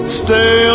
stay